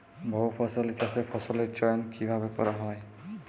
বহুফসলী চাষে ফসলের চয়ন কীভাবে করা হয়?